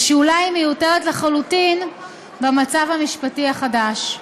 או שאולי היא מיותרת לחלוטין במצב המשפטי החדש.